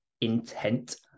intent